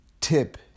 tip